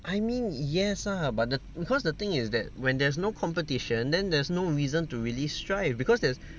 I mean yes lah but the because the thing is that when there's no competition then there's no reason to really strive because there's